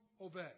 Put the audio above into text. obey